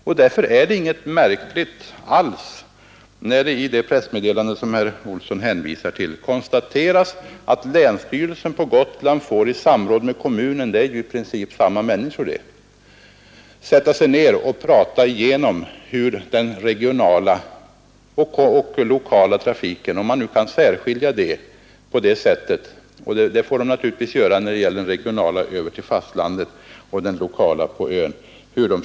Det är följaktligen inget märkligt alls när det i det pressmeddelande, som herr Olsson hänvisar till, konstateras att länsstyrelsen på Gotland får i samråd med kommunen — i verkligheten är det ju samma människor — sätta sig ned och prata igenom hur de skall få den kommunala och lokala trafiken att fungera. Om man nu kan göra en åtskillnad mellan kommunal och lokal trafik i detta fall, men det får de naturligt vis göra när det gäller den regionala trafiken över till fastlandet och den lokala på ön.